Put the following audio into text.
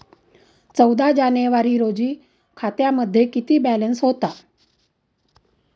चौदा जानेवारी रोजी खात्यामध्ये किती बॅलन्स होता?